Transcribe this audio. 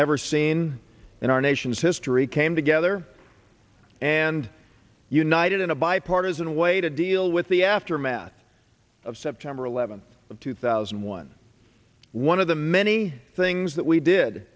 never seen in our nation's history came together and united in a bipartisan way to deal with the aftermath of september eleventh of two thousand and one one of the many things that we did